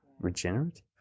regenerative